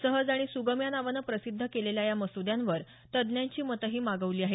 सहज आणि सुगम या नावानं प्रसिद्ध केलेल्या या मसुद्यांवर तजुज्ञांची मतंही मागवली आहेत